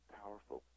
powerful